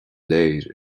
léir